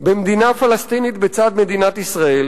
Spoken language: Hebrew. במדינה פלסטינית בצד מדינת ישראל.